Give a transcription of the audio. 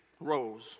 rose